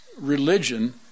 religion